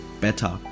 better